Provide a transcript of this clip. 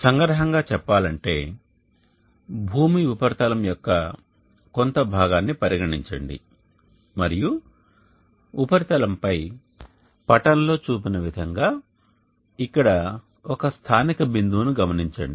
సంగ్రహంగా చెప్పాలంటే భూమి ఉపరితలం యొక్క కొంత భాగాన్ని పరిగణించండి మరియు ఉపరితలంపై పటంలో చూపిన విధంగా ఇక్కడ ఒక స్థానిక బిందువు ను గమనించండి